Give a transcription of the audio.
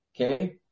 Okay